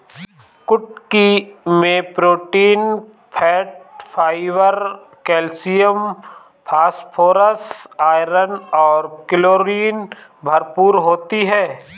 कुटकी मैं protein, fat, fibre, calcium, phosphorus, iron और कैलोरी भरपूर होती है